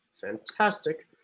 fantastic